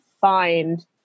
find